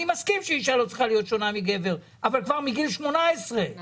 אני מסכים שאישה לא צריכה להיות שונה מגבר אבל כבר מגיל 18 ו